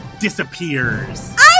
disappears